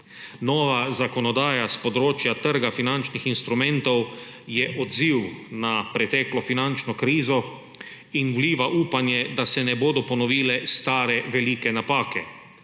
Nova zakonodaja s področja trga finančnih instrumentov je odziv na preteklo finančno krizo in vliva upanje, da se ne bodo ponovile stare velike napake.